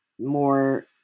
more